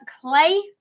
Clay